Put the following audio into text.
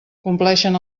compleixen